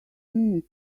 minute